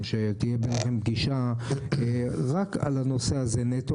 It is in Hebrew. שתהיה ביניכם פגישה רק על הנושא הזה נטו,